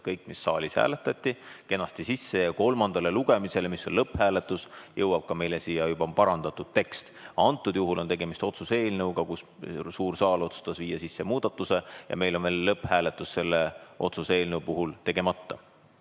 mis saalis heaks kiideti, kenasti sisse ja kolmandale lugemisele, kui on lõpphääletus, jõuab meile siia juba parandatud tekst. Praegu on tegemist otsuse eelnõuga, kuhu suur saal otsustas viia sisse muudatuse, ja meil on veel lõpphääletus selle otsuse eelnõu puhul tegemata.